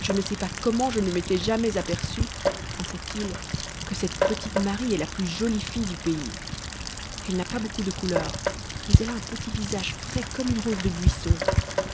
je ne sais pas comment je ne m'étais jamais aperçu pensaitil que cette petite marie est la plus jolie fille du pays elle n'a pas beaucoup de couleur mais elle a un petit visage frais comme une rose de buissons